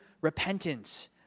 repentance